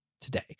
today